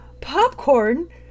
popcorn